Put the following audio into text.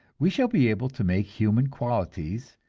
we shall be able to make human qualities,